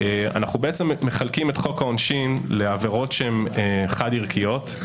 אנחנו מחלקים את חוק העונשין לעבירות שהן חד-ערכיות,